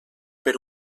per